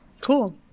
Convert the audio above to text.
Cool